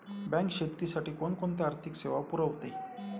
Bank शेतीसाठी कोणकोणत्या आर्थिक सेवा पुरवते?